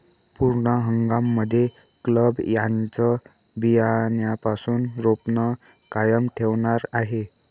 पूर्ण हंगाम मध्ये क्लब त्यांचं बियाण्यापासून रोपण कायम ठेवणार आहे